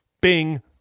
bing